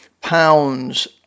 pounds